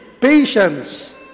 Patience